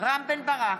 רם בן ברק,